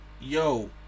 yo